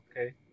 okay